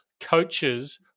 coaches